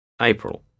April